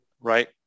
right